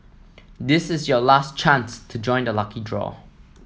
this is your last chance to join the lucky draw